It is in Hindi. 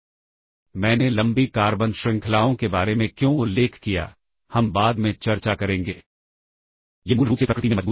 रजिस्टरों में मूल्यों को पंजीकृत करें और फिर कॉलिंग प्रोग्राम को उन मूल्यों की आवश्यकता होती है